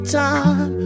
time